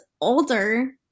older